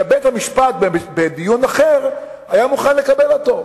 כשבית-המשפט, בדיון אחר, היה מוכן לקבל אותו,